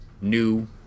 New